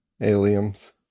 aliens